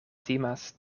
timas